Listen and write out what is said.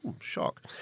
shock